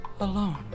alone